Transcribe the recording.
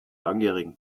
langjährigen